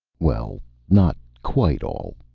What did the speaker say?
well, not quite all.